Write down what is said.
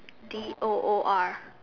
D o o R